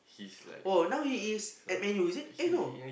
oh now he is at Man-U is it eh no